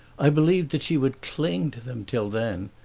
i believed that she would cling to them till then,